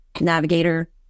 navigator